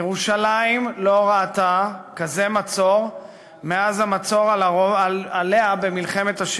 ירושלים לא ראתה כזה מצור מאז המצור עליה במלחמת השחרור.